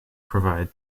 provide